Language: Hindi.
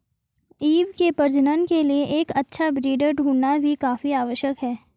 ईव के प्रजनन के लिए एक अच्छा ब्रीडर ढूंढ़ना भी काफी आवश्यक है